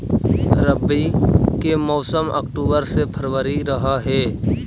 रब्बी के मौसम अक्टूबर से फ़रवरी रह हे